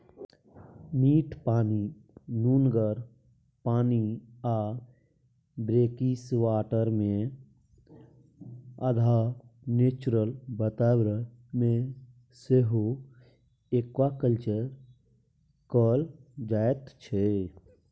मीठ पानि, नुनगर पानि आ ब्रेकिसवाटरमे अधहा नेचुरल बाताबरण मे सेहो एक्वाकल्चर कएल जाइत छै